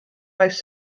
most